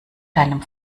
deinem